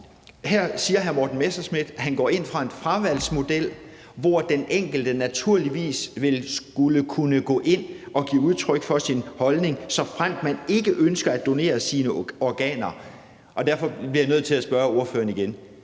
Her siger hr. Morten Messerschmidt, at han går ind for en fravalgsmodel, hvor den enkelte naturligvis skal kunne gå ind at give udtryk for sin holdning, såfremt man ikke ønsker at donere sine organer. Derfor bliver jeg nødt til at spørge ordføreren igen: